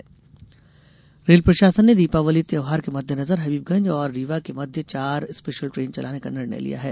special train रेल प्रशासन ने दीपावली त्यौहार के मद्देनजर हबीबगंज और रीवा के मध्य चार स्पेशल ट्रेन चलाने का निर्णय लिया है